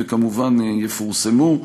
וכמובן יפורסמו.